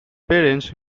parents